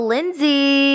Lindsay